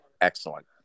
Excellent